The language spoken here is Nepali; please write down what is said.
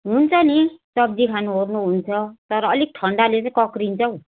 हुन्छ नि सब्जी खानु ओर्नु हुन्छ तर अलिक ठन्डाले चाहिँ कक्रिन्छ हौ